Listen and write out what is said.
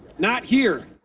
not here.